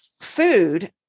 food